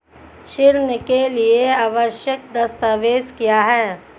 ऋण के लिए आवश्यक दस्तावेज क्या हैं?